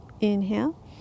Inhale